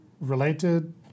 related